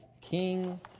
king